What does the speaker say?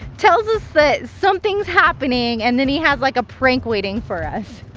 tells us that something's happening and then he has like a prank waiting for us.